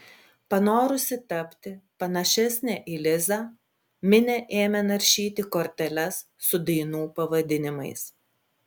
panorusi tapti panašesnė į lizą minė ėmė naršyti korteles su dainų pavadinimais